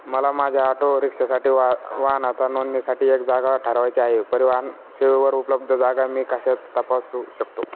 मला माझ्या ऑटोरिक्षासाठी वा वाहनाच्या नोंदणीसाठी एक जागा ठरवायची आहे परिवहन सेवेवर उपलब्ध जागा मी कशा तपासू शकतो